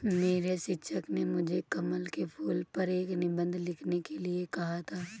मेरे शिक्षक ने मुझे कमल के फूल पर एक निबंध लिखने के लिए कहा था